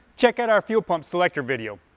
check out our fuel pump selector video.